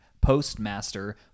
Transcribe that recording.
postmaster